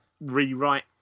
rewrite